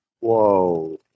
Whoa